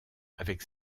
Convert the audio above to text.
avec